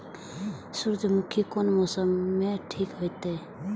सूर्यमुखी कोन मौसम में ठीक होते?